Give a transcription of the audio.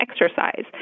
exercise